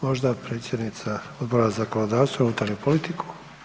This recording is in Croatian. Možda predsjednica Odbora za zakonodavstvo i unutarnju politiku?